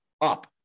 up